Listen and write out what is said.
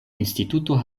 instituto